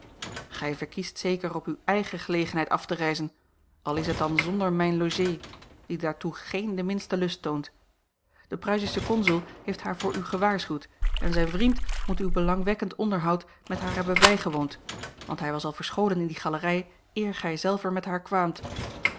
gij verkiest zeker op uwe eigene gelegenheid af te reizen al is het dan zonder mijne logée die daartoe geen den minsten lust toont de pruisische consul heeft haar voor u gewaarschuwd en zijn vriend moet uw belangwekkend onderhoud met haar hebben bijgewoond want hij was al verscholen in die galerij eer gij zelf er met haar kwaamt